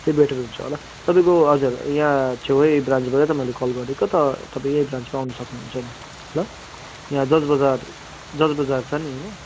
त्यही बेटर हुन्छ होला तपाईँको हजुर यहाँ छेवै ब्रान्चबाट त मैले कल गरेको त तपाईँ यहीँ ब्रान्चमा आउन सक्नुहुन्छ नि ल यहाँ जर्ज बजार जर्ज बजार छ नि होइन